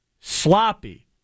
Sloppy